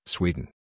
Sweden